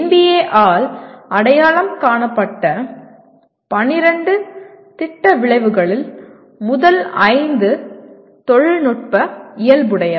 NBA ஆல் அடையாளம் காணப்பட்ட 12 திட்ட விளைவுகளில் முதல் 5 தொழில்நுட்ப இயல்புடையவை